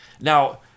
Now